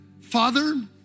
Father